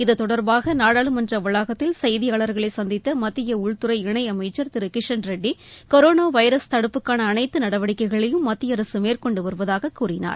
இத்தொடர்பாக நாடாளுமன்ற வளாகத்தில் செய்தியாளர்களை சந்தித்த மத்திய உள்துறை இணை அமைச்சர் திரு கிஷன்ரெட்டி கொரோனா வைரஸ் தடுப்புக்கான அனைத்து நடவடிக்கைகளையும் மத்திய அரசு மேற்கொண்டு வருவதாக கூறினார்